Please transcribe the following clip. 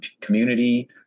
community